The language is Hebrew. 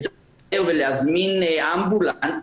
שצריך להזמין אמבולנס,